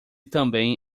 também